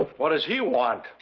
what does he want?